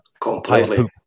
completely